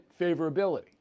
favorability